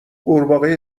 غورباغه